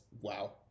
wow